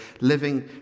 living